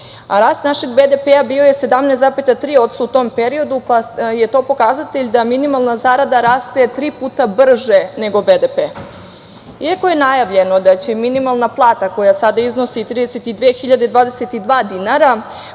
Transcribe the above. a rast našeg BDP bio je 17,3% u tom periodu, pa je to pokazatelj da minimalna zarada raste tri puta brže nego BDP.Iako je najavljeno da će minimalna plata koja sada iznosi 32.022 dinara,